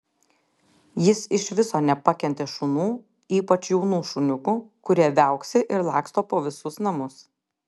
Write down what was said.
jis iš viso nepakentė šunų ypač jaunų šuniukų kurie viauksi ir laksto po visus namus